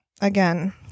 Again